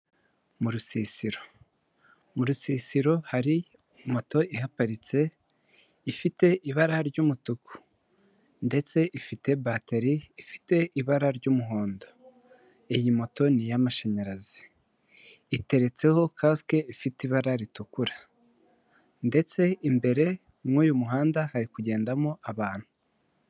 Mu rusisiro, mu rusisiro hari moto ihaparitse ifite ibara ry'umutuku ndetse ifite bateri ifite ibara ry'umuhondo iyi moto ni iy'amashanyarazi iteretseho cask ifite ibara ritukura ndetse imbere y'uyu muhanda hari kugendamo abantu.